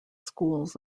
schools